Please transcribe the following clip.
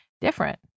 different